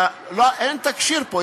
אין תקשי"ר פה,